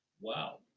Wow